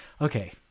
Okay